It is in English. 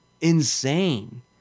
insane